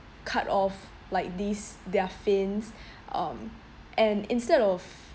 cut off like these their fins um and instead of